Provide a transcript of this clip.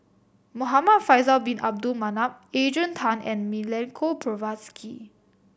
Muhamad Faisal Bin Abdul Manap Adrian Tan and Milenko Prvacki